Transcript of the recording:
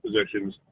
positions